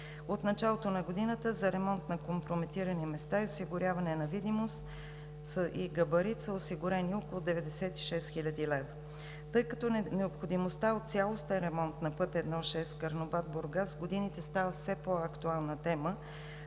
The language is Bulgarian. От началото на годината за ремонт на компрометирани места и осигуряване на видимост и габарит са осигурени около 96 хил. лв. Тъй като необходимостта от цялостен ремонт на път I-6 Карнобат – Бургас с годините става все по-актуална тема,